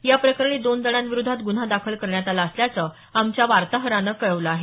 याप्रकरणी दोन जणांविरोधात गुन्हा दाखल करण्यात आला असल्याच आमच्या वार्ताहरान कळवलं आहे